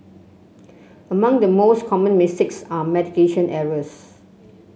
among the most common mistakes are medication errors